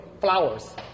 flowers